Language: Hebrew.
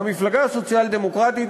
והמפלגה הסוציאל-דמוקרטית,